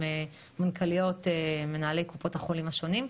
מנכ"ליות ומנהלי קופות החולים השונות,